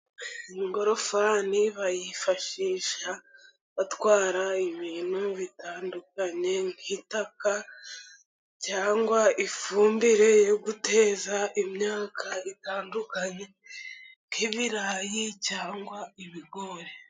Ingorofani bayifashisha batwara ibintu bitandukanye, nk'itaka, cyangwa ifumbire yo guteza imyaka, nk'ibirayi, cyangwa ibigori.